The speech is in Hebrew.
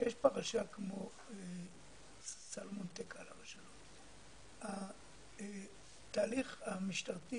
כשיש פרשה כמו סלומון טקה למשל, התהליך המשטרתי